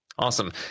Awesome